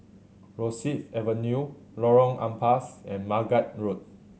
Rosyth Avenue Lorong Ampas and Margate Road